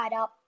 up